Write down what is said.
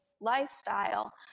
lifestyle